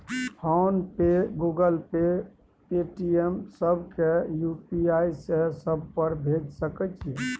Phone पे, Google Pay, Paytm, सब के UPI से सब पर भेज सके छीयै?